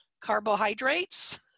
Carbohydrates